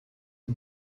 den